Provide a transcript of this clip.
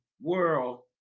world